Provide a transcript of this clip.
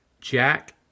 Jack